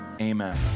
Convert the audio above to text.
Amen